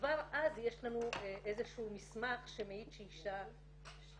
כבר אז יש לנו מסמך שמעיד שהיא אישה מוכה.